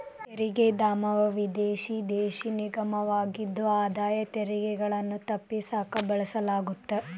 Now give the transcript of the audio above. ತೆರಿಗೆ ಧಾಮವು ವಿದೇಶಿ ದೇಶ ನಿಗಮವಾಗಿದ್ದು ಆದಾಯ ತೆರಿಗೆಗಳನ್ನ ತಪ್ಪಿಸಕ ಬಳಸಲಾಗತ್ತ